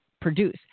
produce